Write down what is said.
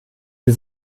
sie